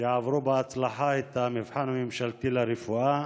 שעברו בהצלחה את המבחן הממשלתי ברפואה,